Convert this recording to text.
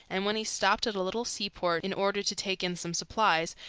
and when he stopped at a little seaport in order to take in some supplies,